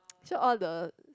through all the